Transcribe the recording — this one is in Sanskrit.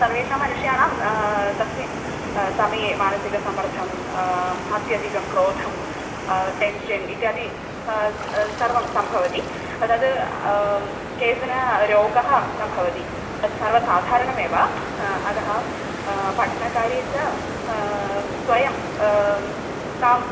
सर्वेषाम् मनुष्याणां तस्मिन् समये मानसिकसंमर्दम् अत्यधिकं क्रोधं टेन्शन् इत्यादि सर्वं सम्भवति तत् केचन रोगः न भवति तत् सर्वसाधारणमेव अतः पठनकार्ये च स्वयं ताम्